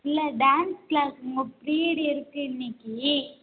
இல்லை dance class உங்கள் ப்ரீடு இருக்குது இன்றைக்கி